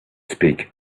speak